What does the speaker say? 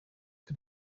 can